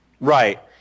Right